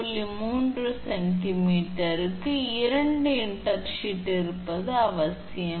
3 ஆகும் சென்டிமீட்டருக்கு 2 இன்டர்ஷீத் இருப்பது அவசியம்